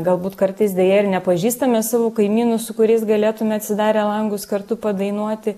galbūt kartais deja ir nepažįstame savo kaimynų su kuriais galėtume atsidarę langus kartu padainuoti